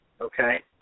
okay